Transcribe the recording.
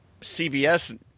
CBS